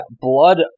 blood